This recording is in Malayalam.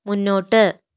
മുന്നോട്ട്